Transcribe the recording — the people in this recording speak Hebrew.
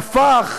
שהפך